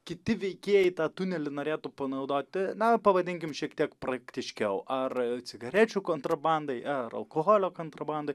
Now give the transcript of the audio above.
kiti veikėjai tą tunelį norėtų panaudoti na pavadinkim šiek tiek praktiškiau ar cigarečių kontrabandai ar alkoholio kontrabandai